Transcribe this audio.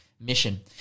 mission